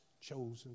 chosen